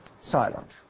silent